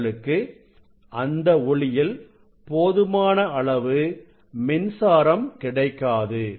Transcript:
உங்களுக்கு அந்த ஒளியில் போதுமான அளவு மின்சாரம் கிடைக்காது